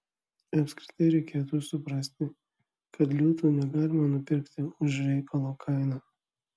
apskritai reikėtų suprasti kad liūtų negalima nupirkti už reikalo kainą